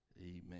amen